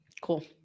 Cool